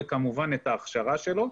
וכמובן את ההכשרה שלו,